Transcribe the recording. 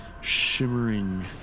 shimmering